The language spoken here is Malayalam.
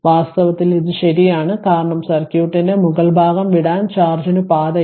വാസ്തവത്തിൽ ഇത് ശരിയാണ് കാരണം സർക്യൂട്ടിന്റെ മുകൾ ഭാഗം വിടാൻ ചാർജിന് പാതയില്ല